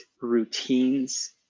routines